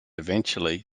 eventually